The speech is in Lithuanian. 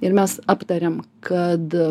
ir mes aptarėm kad